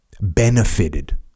benefited